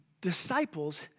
disciples